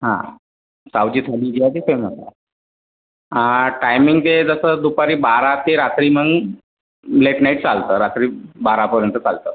हा सावजी थाली जी आहे ती फेमस आहे हा टाईमिंगचे जसं दुपारी बारा ते रात्री मग लेटनाईट चालतं रात्री बारापर्यंत चालतं